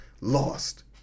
lost